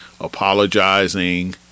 apologizing